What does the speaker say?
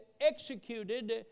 executed